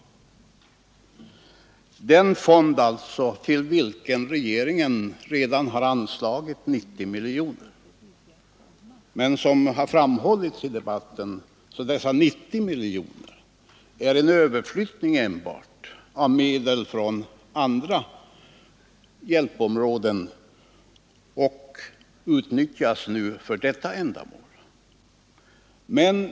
Det gäller alltså den fond till vilken regeringen redan har anslagit 90 miljoner kronor. Men som har framhållits i debatten innebär dessa 90 miljoner kronor enbart en överflyttning av medel från andra hjälpområden; de utnyttjas nu för detta ändamål.